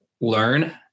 learn